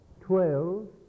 twelve